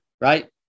right